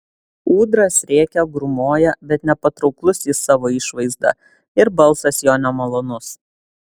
ūdras rėkia grūmoja bet nepatrauklus jis savo išvaizda ir balsas jo nemalonus